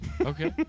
Okay